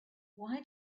why